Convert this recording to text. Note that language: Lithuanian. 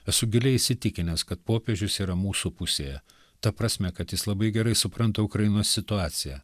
esu giliai įsitikinęs kad popiežius yra mūsų pusėje ta prasme kad jis labai gerai supranta ukrainos situaciją